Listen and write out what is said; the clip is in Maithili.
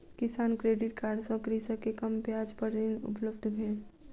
किसान क्रेडिट कार्ड सँ कृषक के कम ब्याज पर ऋण उपलब्ध भेल